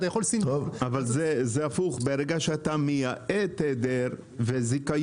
אבל זה הפוך כי ברגע שאתה מייעד תדר וזיכיון